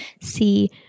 see